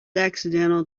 accidental